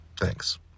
Thanks